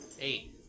Eight